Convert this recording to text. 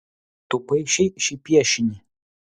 tu paišei šį piešinį